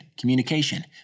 communication